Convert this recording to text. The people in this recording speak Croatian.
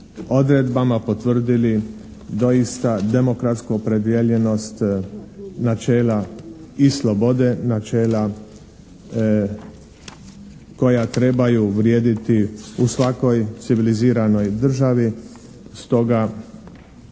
odredbama potvrdili doista demokratsku opredjeljenost načela i slobode načela koja trebaju vrijediti u svakoj civiliziranoj državi. Stoga